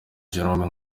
jerome